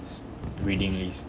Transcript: reading list